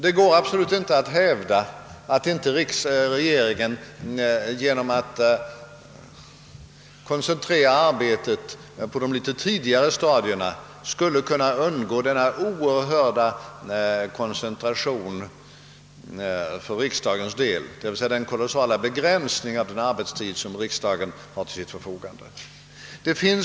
Det går absolut inte att hävda att inte regeringen genom att koncentrera arbetet på de tidigare stadierna skulle kunna se till att man undgick den kraftiga begränsningen av den arbetstid som riksdagen får till sitt förfogande för behandlingen av propositionerna.